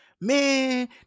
Man